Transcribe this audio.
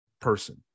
person